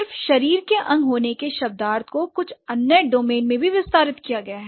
सिर्फ शरीर के अंग होने के शब्दार्थ को कुछ अन्य डोमेन में भी विस्तारित किया गया है